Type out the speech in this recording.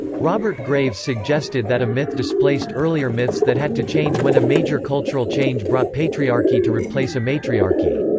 robert graves suggested that a myth displaced earlier myths that had to change when a major cultural change brought patriarchy to replace a matriarchy.